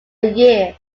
year